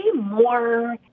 more